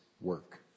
work